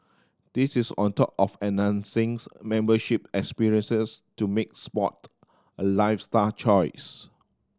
this is on top of membership experiences to make sport a lifestyle choice